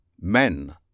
Men